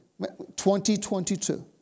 2022